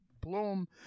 bloom